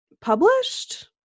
published